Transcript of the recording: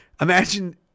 imagine